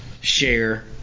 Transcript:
share